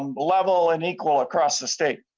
um level and make all across the state.